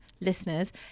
listeners